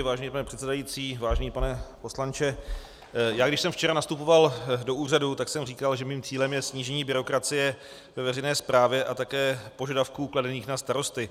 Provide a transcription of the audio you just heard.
Vážený pane předsedající, vážený pane poslanče, když jsem včera nastupoval do úřadu, tak jsem říkal, že mým cílem je snížení byrokracie ve veřejné správě a také požadavků kladených na starosty.